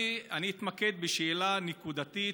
אני אתמקד בשאלה נקודתית: